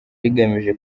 rigamije